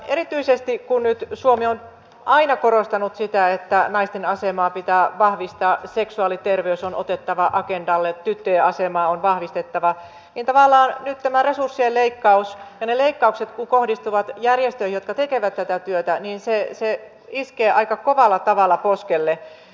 erityisesti kun suomi on aina korostanut sitä että naisten asemaa pitää vahvistaa seksuaaliterveys on otettava agendalle tyttöjen asemaa on vahvistettava niin kun tavallaan nyt nämä resurssien leikkaukset kohdistuvat järjestöihin jotka tekevät tätä työtä niin se iskee aika kovalla tavalla poskelle